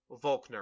Volkner